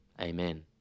amen